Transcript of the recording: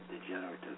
degenerative